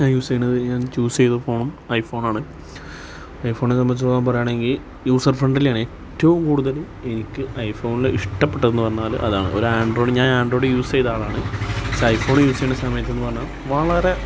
ഞാന് യൂസ് ചെയ്യുന്നത് ഞാന് ചൂസ് ചെയ്ത ഫോണ് ഐ ഫോണാണ് ഐ ഫോണിനെ സംബന്ധിച്ചോളം പറയാണെങ്കില് യൂസര് ഫ്രെണ്ടലിയാണ് ഏറ്റവും കൂടുതല് എനിക്ക് ഐ ഫോണില് ഇഷ്ട്ടപ്പെട്ടതെന്ന് പറഞ്ഞാല് അതാണ് ഒരാന്ഡ്രോയ്ഡ് ഞാനാണ്ട്രോയിഡ് യൂസ് ചെയ്ത ആളാണ് ഐ ഫോണ് യൂസ് ചെയ്യുന്ന സമയത്തെന്ന് പറഞ്ഞാല് വളരെ